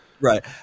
right